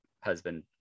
husband